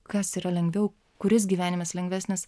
kas yra lengviau kuris gyvenimas lengvesnis